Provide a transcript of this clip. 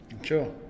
sure